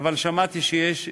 אבל שמעתי שיש ביוביות,